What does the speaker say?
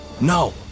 No